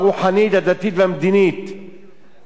חיי קוממיות ממלכתית" וכו',